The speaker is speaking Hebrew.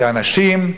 כאנשים,